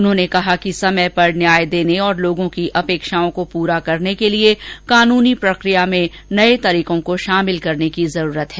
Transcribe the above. उन्होंने कहा कि समय पर न्याय देने और लोगों की अपेक्षाओं को पूरा करने के लिए कानूनी प्रकिया में नये तरीकों को शामिल करने की जरूरत है